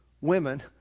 women